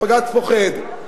הבג"ץ פוחד,